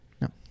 no